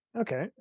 okay